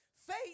Faith